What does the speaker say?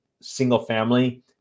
single-family